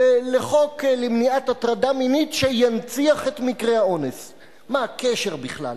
בבית-הספר שלך, שאתה אחראי